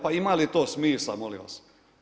Pa ima li to smisla molim vas?